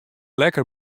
lekker